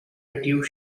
reduced